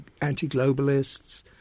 anti-globalists